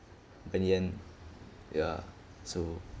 but in the end ya so